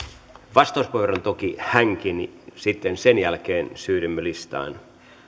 vastauspuheenvuoron toki hänkin sitten sen jälkeen siirrymme listaan